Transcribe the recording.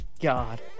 God